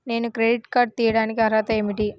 నేను credit card తీయడానికి అర్హత ఏమిటి?